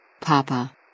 Papa